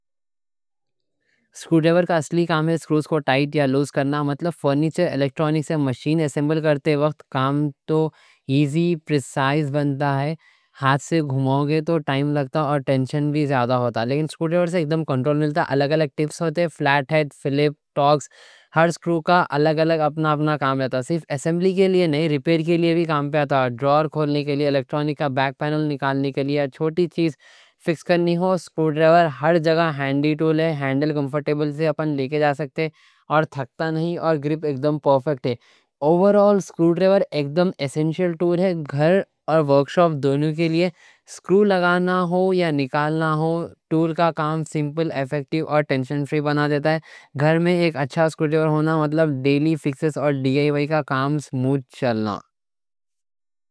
سکرو ڈرائیور کا اصلی کام ہے سکروز کو ٹائٹ یا لوز کرنا، مطلب فرنیچر الیکٹرونک سے مشین اسیمبل کرتے وقت کام تو ایزی، پریسائز بنتا۔ ہاتھ سے گھماؤ گے تو ٹائم لگتا اور ٹینشن بھی زیادہ ہوتا، لیکن سکرو ڈرائیور سے اکدم کنٹرول ملتا۔ الگ الگ ٹپس ہوتے، فلیٹ ہیڈ، فلیپ، ٹاکس؛ ہر سکرو کا الگ الگ اپنا اپنا کام لیتا، صرف اسیمبلی کے لیے نہیں، ریپیر کے لیے بھی کام پہ آتا۔ ڈرار کھولنے کے لیے، الیکٹرونک کا بیک پینل نکالنے کے لیے، چھوٹی چیز فکس کرنی ہو، سکرو ڈرائیور ہر جگہ ہینڈی ٹول ہے۔ ہینڈل کمفرٹیبل سے، اپن لے کے جا سکتے، اور تھکتا نہیں، اور گرپ اکدم پرفیکٹ ہے، اوورآل۔ سکرو ڈرائیور اکدم ایسنشل ٹول ہے، گھر اور ورکشاپ دونوں کے لیے، سکرو لگانا ہو یا نکالنا ہو۔ ٹول کا کام سمپل، ایفیکٹیو اور ٹینشن فری بنا دیتا، گھر میں ایک اچھا سکرو ڈرائیور ہونا مطلب ڈیلی فکسس اور ڈی آئی وائی کا کام سموتھ چلنا۔